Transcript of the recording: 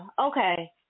okay